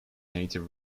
native